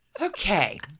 Okay